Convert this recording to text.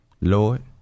Lord